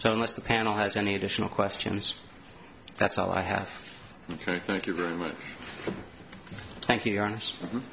so unless the panel has any additional questions that's all i have you very much